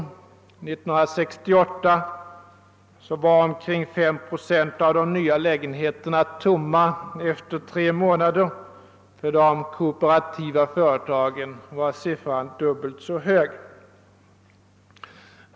1968 var omkring 5 procent av de nya lägenheterna tomma efter tre månader, för de kooperativa föreningarna var siffran dubbelt så hög.